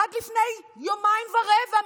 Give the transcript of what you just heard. עד לפני יומיים ורבע,